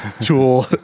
tool